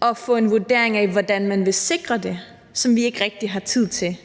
og at få en vurdering af, hvordan man vil sikre det, hvilket vi ikke rigtig har tid til